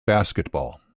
basketball